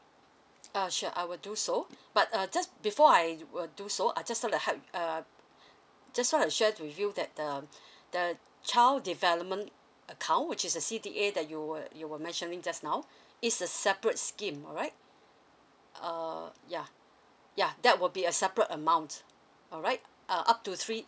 uh sure I will do so but uh just before I will do so I just want to help uh just want to share with you that the the child development account which is a C_D_A that you were you were mentioning just now it's a separate scheme alright err ya yeah that will be a separate amount alright uh up to three